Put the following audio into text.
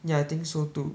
ya I think so too